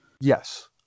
Yes